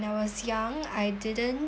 I was young I didn't